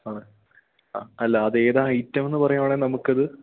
ആ ആ അല്ല അതേതാ ഐറ്റം എന്ന് പറയുവാണേൽ നമുക്കത്